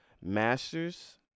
masters